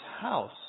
house